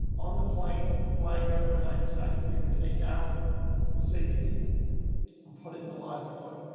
on the plane flying over nagasaki, they would take out to safety and putting the live plug.